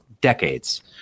decades